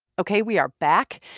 ok. we are back.